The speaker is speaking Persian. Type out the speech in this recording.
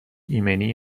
ایمنی